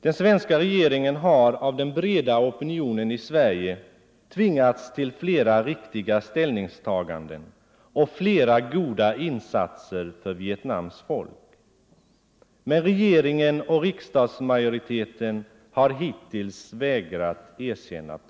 Den svenska regeringen har av den breda opinionen i Sverige tvingats till flera riktiga — Diplomatiska ställningstaganden och flera goda insatser för Vietnams folk. Men rte — förbindelser med geringen och riksdagsmajoriteten har hittills vägrat att erkänna PRR.